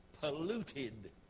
polluted